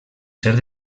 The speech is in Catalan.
ser